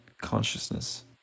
consciousness